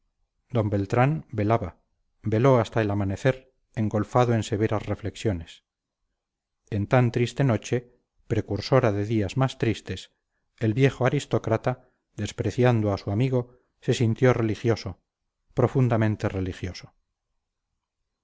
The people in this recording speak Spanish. d beltrán velaba veló hasta el amanecer engolfado en severas reflexiones en tan triste noche precursora de días más tristes el viejo aristócrata despreciando a su amigo se sintió religioso profundamente religioso